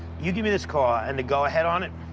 you give me this car and the go-ahead on it,